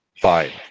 fine